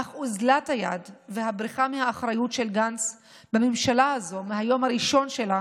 אך אוזלת היד והבריחה מהאחריות של גנץ בממשלה הזו מהיום הראשון שלה